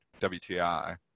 WTI